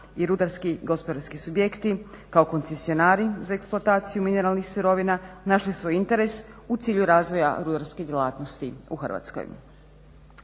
rudarski gospodarski subjekti kao koncesionari za eksploataciju mineralnih sirovina našli svoj interes u cilju razvoja rudarskih djelatnosti u Hrvatskoj.